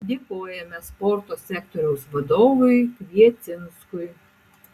dėkojame sporto sektoriaus vadovui kviecinskui